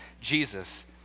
Jesus